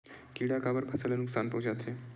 किड़ा काबर फसल ल नुकसान पहुचाथे?